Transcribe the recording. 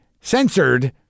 censored